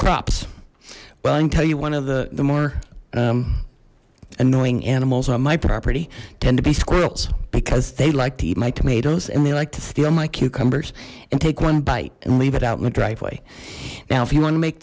crops well i can tell you one of the the more annoying animals on my property tend to be squirrels because they like to eat my tomatoes and they like to steal my cucumbers and take one bite and leave it out in the driveway now if you want to make